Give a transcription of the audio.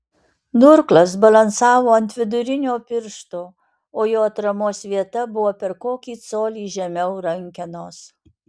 durklas balansavo ant vidurinio piršto o jo atramos vieta buvo per kokį colį žemiau rankenos